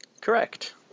Correct